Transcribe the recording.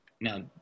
Now